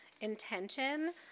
intention